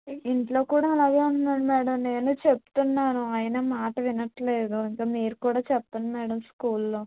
ఇ ఇంట్లో కూడ అలాగే ఉంటున్నాడు మేడమ్ నేనూ చెప్తున్నాను అయినా మాట వినట్లేదు ఇంక మీరు కూడా చెప్పండి మేడమ్ స్కూల్లో